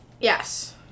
Yes